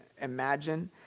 imagine